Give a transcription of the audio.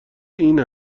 این